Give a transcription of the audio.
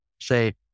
say